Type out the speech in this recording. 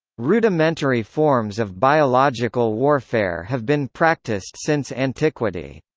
rudimentary forms of biological warfare have been practiced since antiquity.